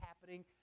happening